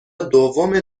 دوم